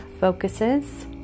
focuses